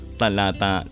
talata